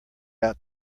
out